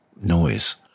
noise